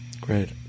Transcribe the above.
Great